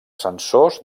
censors